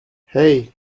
hey